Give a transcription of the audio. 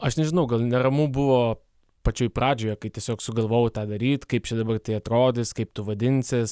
aš nežinau gal neramu buvo pačioj pradžioje kai tiesiog sugalvojau tą daryt kaip čia dabar tai atrodys kaip tu vadinsies